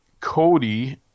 Cody